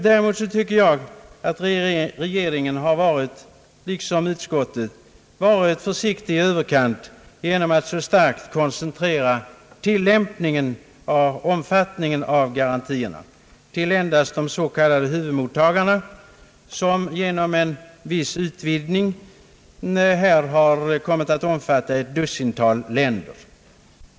Däremot tycker jag att regeringen liksom utskottet har varit försiktig i överkant genom att så starkt koncentrera räckvidden av garantierna till endast de s.k. huvudmottagarna, som genom en viss utvidgning här har kommit att omfatta ett dussintal länder.